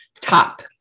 top